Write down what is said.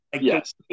Yes